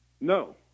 No